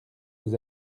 vous